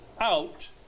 out